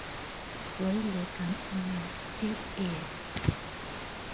ᱠᱟᱹᱭ ᱞᱮᱠᱷᱟᱱ ᱩᱱᱤ ᱪᱮᱫ ᱮ